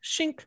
shink